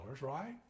right